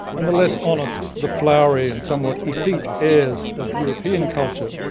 and the less honest, the flowery and somewhat effete airs of european culture.